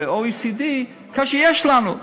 ב-OECD, כאשר יש לנו?